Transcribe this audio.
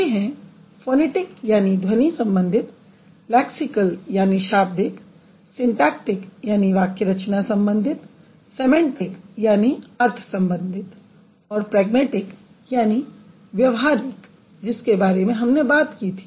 ये हैं फोनैटिक यानि ध्वनि संबंधित लैक्सिकल यानि शाब्दिकसिंटैक्टिक यानि वाक्य रचना सम्बंधित सैमैंटिक यानि अर्थ संबंधित और प्रैग्मेटिक यानि व्यवहारिक जिसके बारे में हमने बात की थी